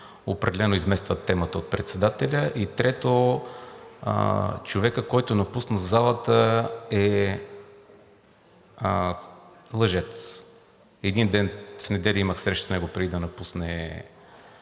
Определено изместват темата от председателя. И трето, човекът, който напусна залата, е лъжец. Един ден – в неделя, имах среща с него, преди да напусне